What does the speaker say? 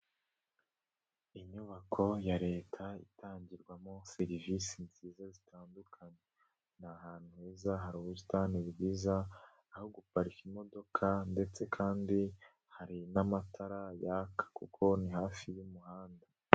Inyubako ya leta itangirwamo serivisi nziza zitandukanye. Ni ahantu heza, hari ubusitani bwiza, aho guparika imodoka ndetse kandi hari n'amatara yaka, kuko ni hafi y'umuhanda.